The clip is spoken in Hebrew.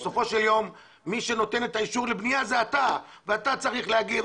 בסופו של יום מי שנותן את האישור לבנייה זה אתה ואתה צריך לומר,